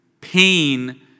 pain